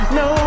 no